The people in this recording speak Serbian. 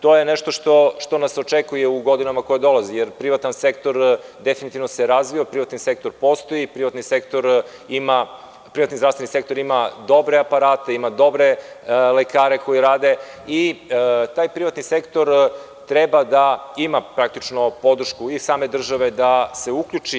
To je nešto što nas očekuje u godinama koje dolaze, jer se privatan sektor definitivno razvija, privatan sektor postoji, privatni i zdravstveni sektor ima dobre aparate, dobre lekare koji rade i taj privatni sektor treba da ima praktično podršku i same države da se uključi.